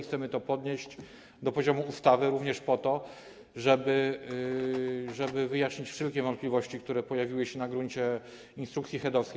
Chcemy podnieść to do poziomu ustawy również po to, żeby wyjaśnić wszelkie wątpliwości, które pojawiły się na gruncie instrukcji HEAD.